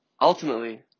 ultimately